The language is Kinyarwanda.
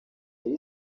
yari